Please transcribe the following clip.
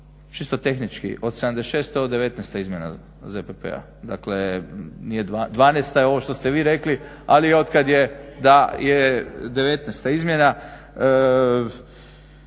Čisto tehnički od 76 ovo je 19 izmjena ZPP-a dakle nije, 12 je ovo što ste vi rekli, ali otkad je 19 izmjena,